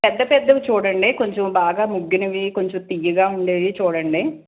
పెద్ద పెద్దవి చూడండి కొంచెం బాగా మగ్గినవి కొంచెం తియ్యగా ఉండేవి చూడండి